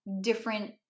different